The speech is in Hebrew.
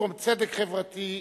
במקום צדק חברתי,